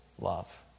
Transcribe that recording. love